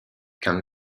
can